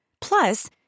Plus